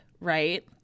right